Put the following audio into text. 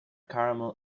carmel